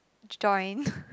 join